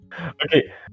Okay